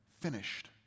finished